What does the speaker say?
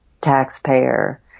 taxpayer